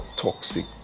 toxic